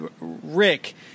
Rick